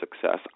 success